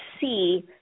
see